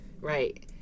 right